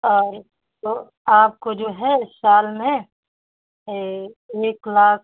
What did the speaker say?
और जो आपको जो है साल में एक लाख